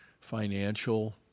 financial